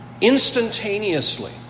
instantaneously